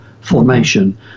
formation